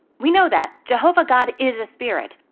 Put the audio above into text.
we know that jehovah god is a spirit,